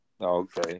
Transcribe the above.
okay